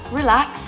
relax